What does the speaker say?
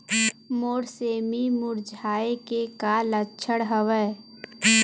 मोर सेमी मुरझाये के का लक्षण हवय?